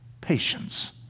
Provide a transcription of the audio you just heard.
patience